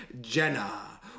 Jenna